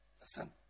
listen